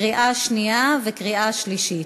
קריאה שנייה וקריאה שלישית,